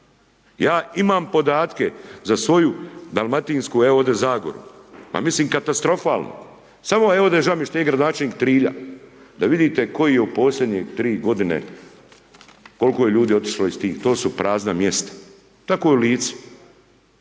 Ja imam podatke za svoju dalmatinsku evo ovdje Zagoru, pa mislim katastrofalno, samo evo žao mi je što nije gradonačelnik Trilja, da vidite koji je u posljednje tri godine, koliko je ljudi otišlo iz tih, to su prazna mjesta, tako je u Lici,